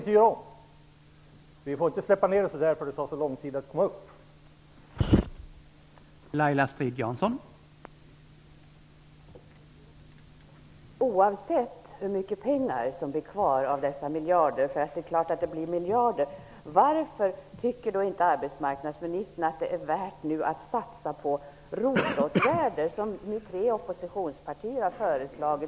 Det skall vi inte upprepa, ty det tar så lång tid att få upp siffrorna igen.